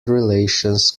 relations